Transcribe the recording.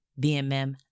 BMM